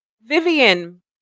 Vivian